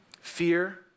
Fear